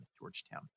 Georgetown